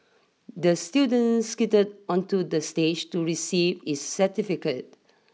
the student skated onto the stage to receive his certificate